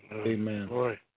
Amen